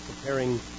preparing